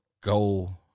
go